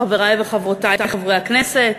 חברותי וחברי חברי הכנסת,